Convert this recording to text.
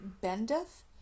Bendeth